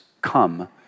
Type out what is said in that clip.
come